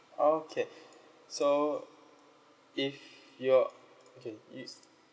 okay so if you're okay if